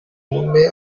mumpe